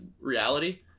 reality